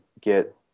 get